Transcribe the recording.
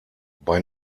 bei